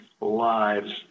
lives